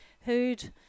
who'd –